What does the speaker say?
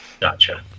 Gotcha